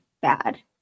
bad